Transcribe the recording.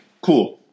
Cool